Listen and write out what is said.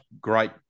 great